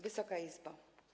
Wysoka Izbo!